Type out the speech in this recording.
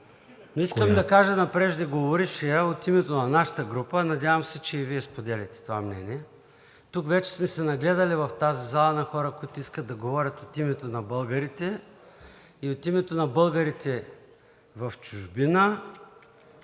Искам да кажа на преждеговорившия от името на нашата група – надявам се, че и Вие споделяте това мнение, тук в тази зала вече сме се нагледали на хора, които искат да говорят от името на българите, от името на българите в чужбина